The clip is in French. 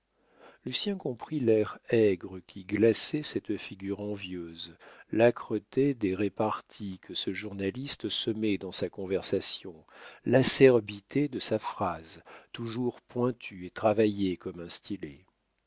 lui-même lucien comprit l'air aigre qui glaçait cette figure envieuse l'âcreté des reparties que ce journaliste semait dans sa conversation l'acerbité de sa phrase toujours pointue et travaillée comme un stylet